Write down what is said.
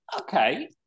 Okay